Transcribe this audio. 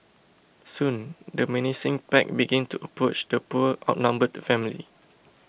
soon the menacing pack began to approach the poor outnumbered family